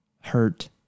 hurt